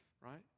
right